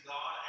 God